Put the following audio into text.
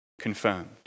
confirmed